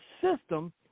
system